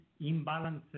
imbalances